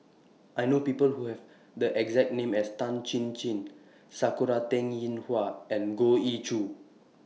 I know People Who Have The exact name as Tan Chin Chin Sakura Teng Ying Hua and Goh Ee Choo